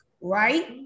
right